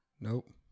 Nope